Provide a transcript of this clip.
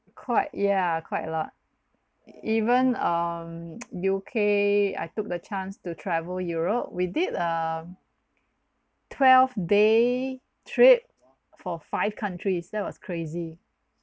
quite ya quite a lot even um U_K I took the chance to travel europe we did a twelve day trip for five countries that was crazy